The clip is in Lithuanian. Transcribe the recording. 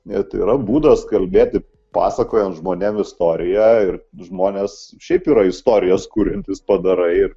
tai yra būdas kalbėti pasakojant žmonėm istoriją ir žmonės šiaip yra istorijas kuriantys padarai ir